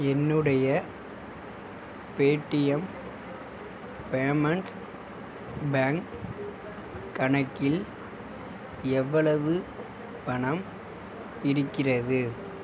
என்னுடைய Paytm payments bank கணக்கில் எவ்வளவு பணம் இருக்கிறது